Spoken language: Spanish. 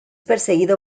perseguido